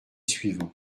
suivants